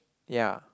ya